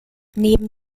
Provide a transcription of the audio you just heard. neben